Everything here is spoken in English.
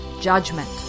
Judgment